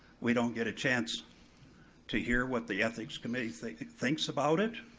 we don't get a chance to hear what the ethics committee thinks thinks about it,